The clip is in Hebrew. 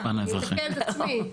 אני מתקנת את עצמי.